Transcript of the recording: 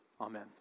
Amen